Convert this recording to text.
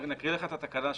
נקריא לך את התקנה שוב.